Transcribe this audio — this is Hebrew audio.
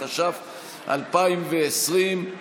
התש"ף 2020,